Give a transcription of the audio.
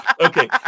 okay